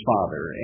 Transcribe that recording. Father